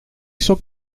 sok